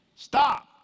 Stop